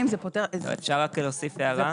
אפשר רק להוסיף הערה?